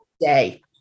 day